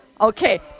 Okay